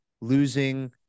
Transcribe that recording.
losing